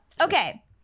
Okay